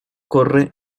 corre